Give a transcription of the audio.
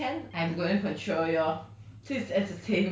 you all want to talk to me can I'm going to control you